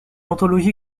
anthologie